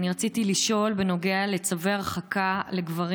אני רציתי לשאול על צווי הרחקה לגברים